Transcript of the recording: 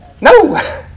No